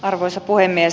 arvoisa puhemies